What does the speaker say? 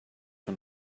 que